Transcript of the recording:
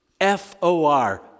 F-O-R